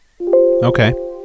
Okay